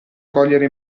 cogliere